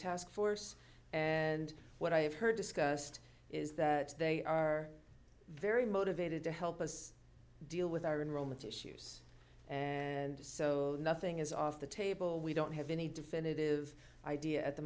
task force and what i have heard discussed is that they are very motivated to help us deal with our in romance issues and so nothing is off the table we don't have any definitive idea at the